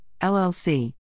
LLC